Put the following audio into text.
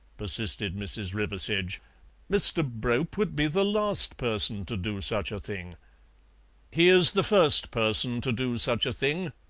persisted mrs. riversedge mr. brope would be the last person to do such a thing he is the first person to do such a thing,